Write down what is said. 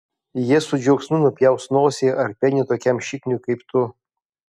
jie su džiaugsmu nupjaus nosį ar penį tokiam šikniui kaip tu